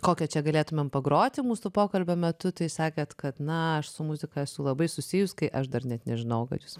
kokią čia galėtumėm pagroti mūsų pokalbio metu tai sakėt kad na aš su muzika esu labai susijus kai aš dar net nežinojau kad jūs